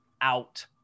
out